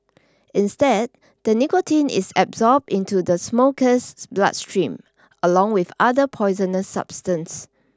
instead the nicotine is absorbed into the smoker's bloodstream along with other poisonous substances